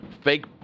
fake